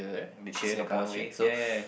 the cheer the Kallang Wave ya ya